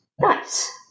nice